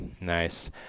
Nice